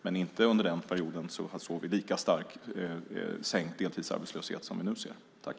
Men vi har inte under den perioden sett en lika stark minskning av deltidsarbetslösheten som den vi nu ser.